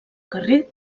carrer